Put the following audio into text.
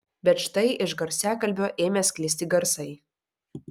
bet štai iš garsiakalbio ėmė sklisti garsai